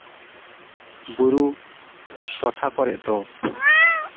ᱵᱩᱨᱩ ᱴᱚᱴᱷᱟ ᱠᱚᱨᱮᱜ ᱫᱚ